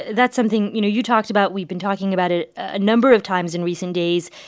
that's something, you know, you talked about. we've been talking about it a number of times in recent days.